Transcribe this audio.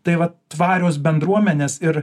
tai vat tvarios bendruomenės ir